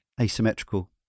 asymmetrical